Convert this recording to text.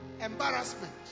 embarrassment